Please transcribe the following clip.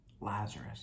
Lazarus